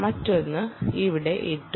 മറ്റൊന്ന് ഇവിടെ ഇട്ടു